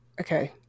okay